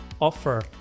offer